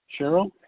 Cheryl